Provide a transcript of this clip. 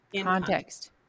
Context